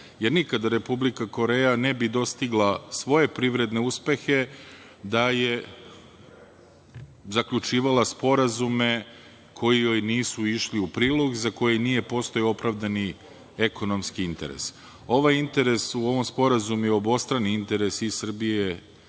jer nikada Republika Koreja ne bi dostigla svoje privredne uspehe da je zaključivala sporazume koji joj nisu išli u prilog, za koje nije postojao opravdani ekonomski interes. Ovaj interes, u ovom sporazumu je obostrani interes i Srbije